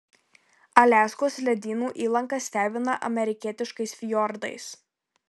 aliaskos ledynų įlanka stebina amerikietiškais fjordais